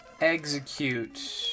Execute